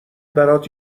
برات